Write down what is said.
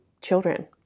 children